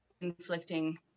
inflicting